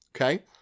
okay